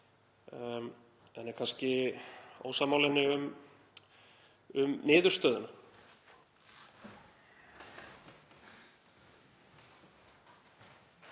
en er kannski ósammála henni um niðurstöðuna.